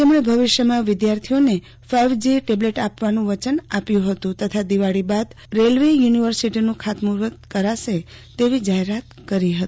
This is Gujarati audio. તેમણે ભવિષ્યમાં વિદ્યાર્થીઓને ફાઈવજી ટેબલેટ આપવાનું વચન આપ્યું હતું તથા દિવાળી બાદ રેલવેયુનિવર્સિટીનું ખાતમુહૂર્ત કરાશે તેવી જાહેરાત કરી હતી